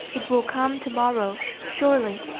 it will come to-morrow, surely.